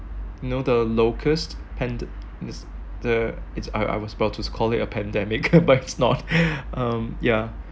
you know the locust pande~ it's the I I I was about to call it a pandemic but it's not um yeah